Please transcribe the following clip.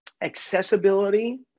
accessibility